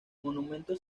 monumento